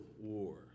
war